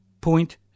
point